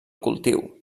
cultiu